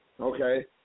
Okay